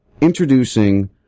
introducing